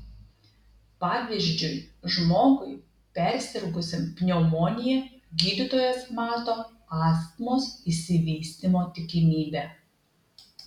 pavyzdžiui žmogui persirgusiam pneumonija gydytojas mato astmos išsivystymo tikimybę